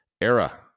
era